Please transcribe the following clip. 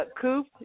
Coop